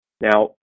Now